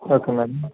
okay madam